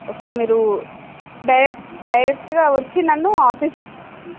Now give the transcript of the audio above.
okay మీరు direct డైరెక్ట్గా వచ్చి నన్ను ఆఫీస్